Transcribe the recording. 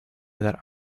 that